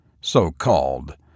so-called